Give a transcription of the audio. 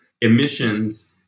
emissions